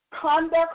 conduct